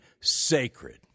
sacred